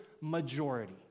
majority